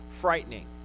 frightening